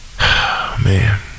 man